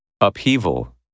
UPHEAVAL